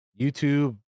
youtube